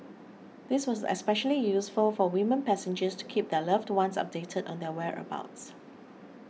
this was especially useful for women passengers to keep their loved ones updated on their whereabouts